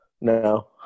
No